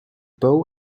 bow